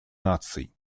наций